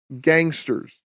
gangsters